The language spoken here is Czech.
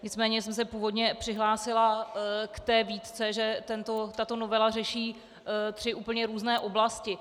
Nicméně jsem se původně přihlásila k té výtce, že tato novela řeší tři úplně různé oblasti.